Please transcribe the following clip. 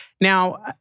Now